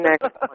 next